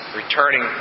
returning